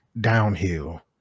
downhill